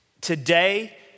Today